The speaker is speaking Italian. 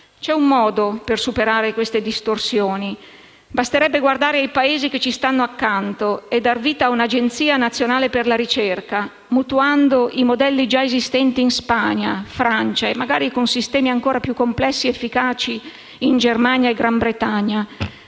C'è un modo per superare queste distorsioni. Basterebbe guardare ai Paesi che ci stanno accanto e dar vita a un'Agenzia nazionale per la ricerca, mutuando i modelli già esistenti in Spagna, Francia, e, con sistemi più complessi ed efficaci, in Germania e Gran Bretagna,